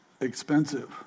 expensive